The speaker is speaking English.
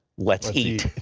let's eat.